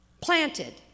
planted